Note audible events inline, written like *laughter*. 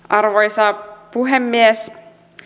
*unintelligible* arvoisa puhemies